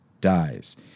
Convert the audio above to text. dies